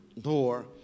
door